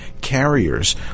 carriers